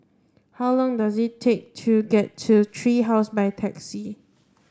how long does it take to get to Tree House by taxi